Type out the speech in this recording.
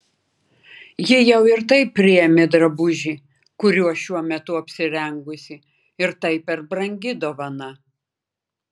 ji jau ir taip priėmė drabužį kuriuo šiuo metu apsirengusi ir tai per brangi dovana